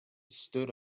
stood